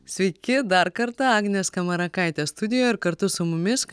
sveiki dar kartą agnė skamarakaitė studijoj ir kartu su mumis